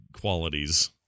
qualities